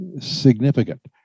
significant